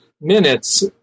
minutes